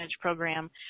Program